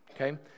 okay